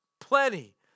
plenty